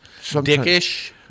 Dickish